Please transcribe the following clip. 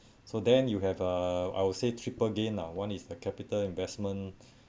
so then you have uh I would say triple gain lah one is the capital investment